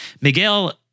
Miguel